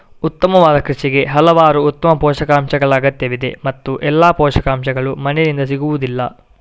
ಉತ್ತಮವಾದ ಕೃಷಿಗೆ ಹಲವಾರು ಉತ್ತಮ ಪೋಷಕಾಂಶಗಳ ಅಗತ್ಯವಿದೆ ಹಾಗೂ ಎಲ್ಲಾ ಪೋಷಕಾಂಶಗಳು ಮಣ್ಣಿನಿಂದ ಸಿಗುವುದಿಲ್ಲ